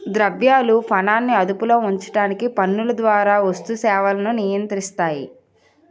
ద్రవ్యాలు పనాన్ని అదుపులో ఉంచడానికి పన్నుల ద్వారా వస్తు సేవలను నియంత్రిస్తాయి